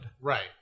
right